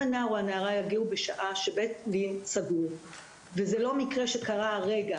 אם הנער או הנערה יגיעו בשעה שבית לין סגור וזה לא מקרה שקרה הרגע,